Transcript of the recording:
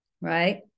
Right